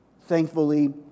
Thankfully